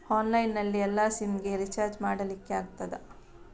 Online ನಲ್ಲಿ ಎಲ್ಲಾ SIM ಗೆ ರಿಚಾರ್ಜ್ ಮಾಡಲಿಕ್ಕೆ ಆಗ್ತದಾ?